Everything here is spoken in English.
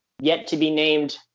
yet-to-be-named